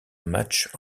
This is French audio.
match